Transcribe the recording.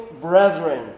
brethren